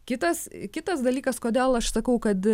kitas kitas dalykas kodėl aš sakau kad